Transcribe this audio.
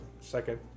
second